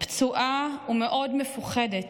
פצועה ומאוד מפוחדת,